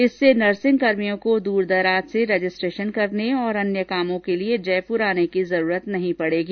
इससे नर्सिंग कर्मियों को दूरदराज से रजिस्ट्रेशन करने और अन्य कामों के लिए जयपुर आने की जरूरत नहीं पड़ेगी